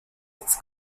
its